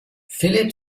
philip